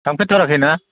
थांफेर थाराखैना